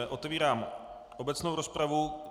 Otevírám obecnou rozpravu.